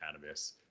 cannabis